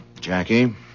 Jackie